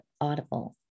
audible